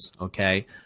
okay